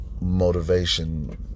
Motivation